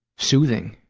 soothing.